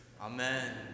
Amen